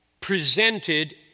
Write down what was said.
presented